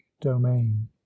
domain